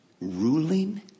ruling